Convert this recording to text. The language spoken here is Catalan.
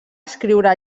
escriure